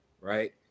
right